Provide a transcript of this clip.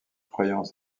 croyance